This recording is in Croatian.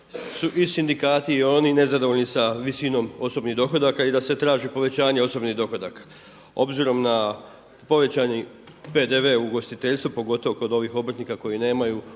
su i sindikati i oni nezadovoljni sa visinom osobnih dohodaka i da se traži povećanje osobnih dohodaka. Obzirom na povećani PDV u ugostiteljstvu pogotovo kod ovih obrtnika koji nemaju